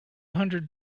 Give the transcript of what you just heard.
hundred